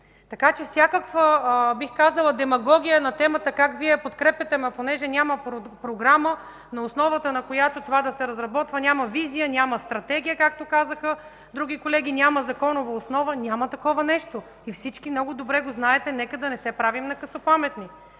Така че всякаква, бих казала, демагогия по темата – как Вие я подкрепяте, но понеже няма програма, на основата на която това да се разработва, няма визия, няма стратегия, както казаха други колеги, няма законова основа. Няма такова нещо! Всички много добре го знаете! Нека да не се правим на късопаметни.